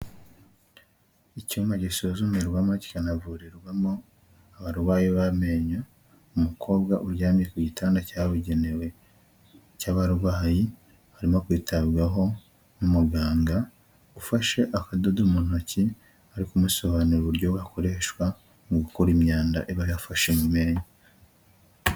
Icyuma gisuzumirwamo kikanavurirwamo abarwayi b'amenyo, umukobwa uryamye ku gitanda cyabugenewe cy'abarwayi arimo kwitabwaho n'umuganga ufashe akadodo mu ntoki ari kumusobanurira uburyo gakoreshwa mu gukora imyanda iba yafashe mu menyo.